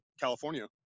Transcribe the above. California